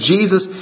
Jesus